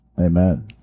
Amen